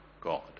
God